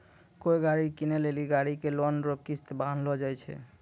कोय गाड़ी कीनै लेली गाड़ी के लोन रो किस्त बान्हलो जाय छै